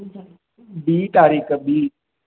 ॿी तारीख़ ॿी